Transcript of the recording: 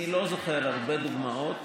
אני לא זוכר הרבה דוגמאות